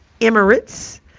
Emirates